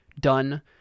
done